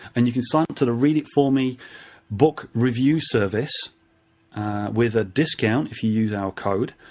and you can sign up to the read it for me book review service with a discount if you use our code.